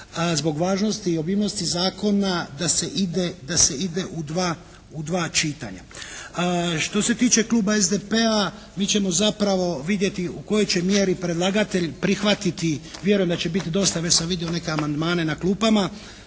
zbog važnosti i obimnosti zakona da se ide u dva čitanja. Što se tiče kluba SDP-a mi ćemo zapravo vidjeti u kojoj će mjeri predlagatelj prihvatiti, vjerujem da će biti dosta već sam vidio neke amandmane na klupama,